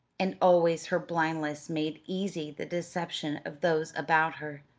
and always her blindness made easy the deception of those about her.